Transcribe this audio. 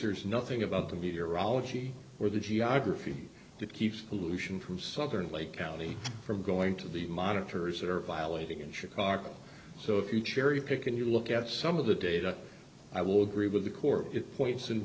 there is nothing about the meteorology or the geography to keep solution from southern lake county from going to the monitors that are violating in chicago so if you cherry pick and you look at some of the data i will agree with the core it points in